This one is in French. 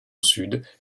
sud